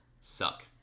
suck